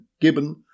Gibbon